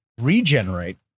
regenerate